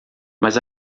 mas